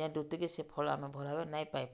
ଯେନ୍ ଋତୁକି ସେ ଫଳ ଆମେ ଭଲ୍ ଭାବେ ନାଇଁ ପାଇପାରୁ